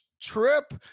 trip